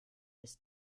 ist